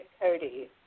Cody